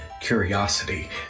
curiosity